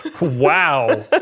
Wow